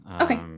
Okay